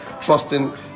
trusting